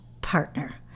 partner